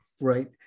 right